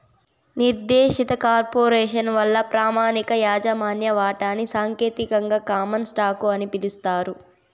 నిర్దేశిత కార్పొరేసను వల్ల ప్రామాణిక యాజమాన్య వాటాని సాంకేతికంగా కామన్ స్టాకు అని పిలుస్తారు